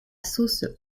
sauce